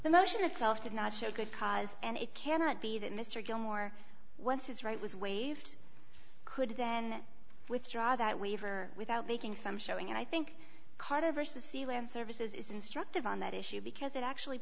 the motion itself did not show good cause and it cannot be that mr gilmore once his right was waived could then withdraw that waiver without making some showing and i think carter versus sealand services is instructive on that issue because it actually